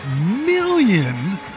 million